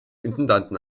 intendanten